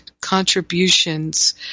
contributions